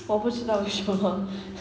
我不知道什么